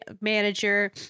manager